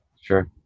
sure